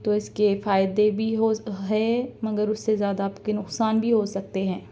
تو اس کے فائدے بھی ہو ہے مگر اس سے زیادہ آپ کے نقصان بھی ہو سکتے ہیں